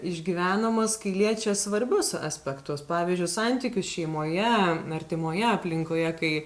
išgyvenamas kai liečia svarbius aspektus pavyzdžiui santykius šeimoje artimoje aplinkoje kai